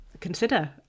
consider